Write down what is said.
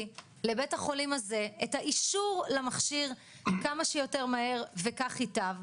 לבית החולים הזה את האישור למכשיר כמה שיותר מהר וכך ייטב,